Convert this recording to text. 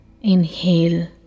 inhale